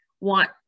want